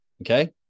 okay